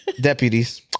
deputies